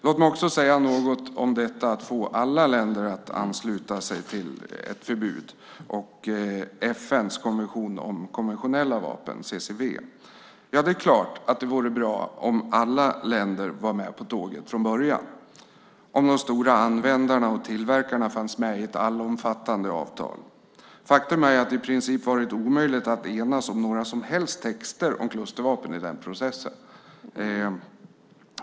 Låt mig också säga något om att få alla länder att ansluta sig till ett förbud och FN:s konvention om konventionella vapen, CCW. Naturligtvis vore det bra om alla länder var med på tåget från början, om de stora användarna och tillverkarna fanns med i ett allomfattande avtal. Faktum är att det varit i princip omöjligt att enas om några som helst texter om klustervapen i den processen.